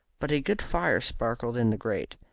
but a good fire sparkled in the grate,